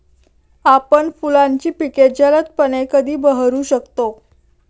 आपण फुलांची पिके जलदपणे कधी बहरू शकतो?